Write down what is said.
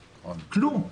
כלום.